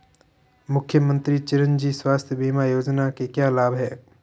मुख्यमंत्री चिरंजी स्वास्थ्य बीमा योजना के क्या लाभ हैं?